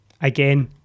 again